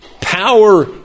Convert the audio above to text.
power